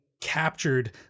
captured